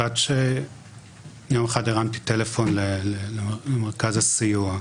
עד שיום אחד הרמתי טלפון למרכז הסיוע.